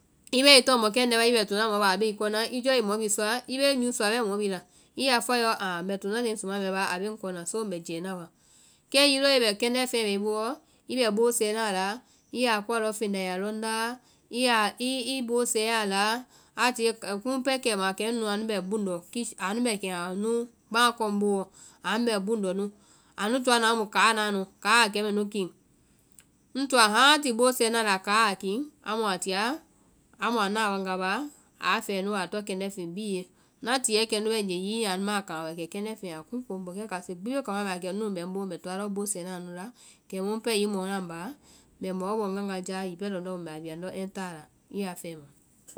I bɛɛ i tɔŋ mɔkɛndɛ́ɛ wa i bɛ to na mɔ báa a be i kɔ, i jiiɔ i mɔ bhii sɔa? I bee use sua bɛɛ mɔ bhii la, i ya a fɔa yɔ ah ŋbɛ tona leŋmusu ma mɛɛ báa a bee ŋ kɔna mbɛ jɛɛ na wa. Kɛ hiŋi bɛɛ kɛndɛ́ feŋɛ bɛ i boo wɔ i bɛ boo sɛɛ na anu la, i yaa kɔ lɔŋfeŋ la a lɔŋ ndaa, i ya i boo sɛɛ ya laa, a tie ka- kimu pɛɛ kɛima kɛ nunu anu bɛ kɛma buŋndɔ anu bɛ kɛma núu baã kɔ ŋ boo wɔ, anu buŋndɔ nu. Anu toa nu amu káa na nu, anu káa a kɛ mɛ núu kiŋ. Ŋ toa hãati boo sɛɛ na a la, káa a kiŋ, amu a tia- amu a naa̍ a wanga baa, aa fɛɛ núu a toŋ kɛndɛ́ feŋ bie. Na tiɛɛ kɛnu waigee hiŋi anu ma a kah̃ kɛ kɛndɛ́ feŋɛ a kuŋkoo ŋ boo, kɛ kase gbi bee kambá mai kɛ munu bɛ ŋ boo mbɛ toa lɔɔ boo sɛna anu la. kɛmu pɛɛ hiŋi mɔ naã ŋbáa, mbɛ mao bɔ ŋganga jáa, hiŋi pɛɛ lɔndɔ́ mu mbɛ a bia ndɔ eɛ taa a la i ya fɛma.